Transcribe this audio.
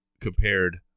compared